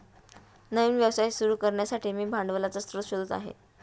नवीन व्यवसाय सुरू करण्यासाठी मी भांडवलाचा स्रोत शोधत आहे